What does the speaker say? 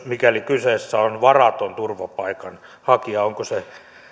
mikäli kyseessä on varaton turvapaikanhakija onko se